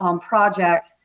project